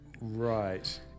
right